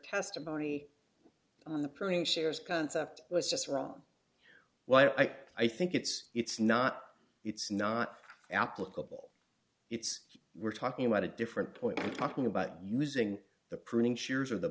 testimony on the printing shares concept was just wrong well i think it's it's not it's not applicable it's we're talking about a different point in talking about using the